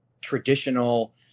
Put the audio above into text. traditional